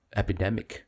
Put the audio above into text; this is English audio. epidemic